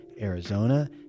Arizona